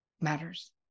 matters